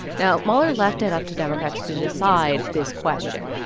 now, mueller left it up to democrats to decide this question.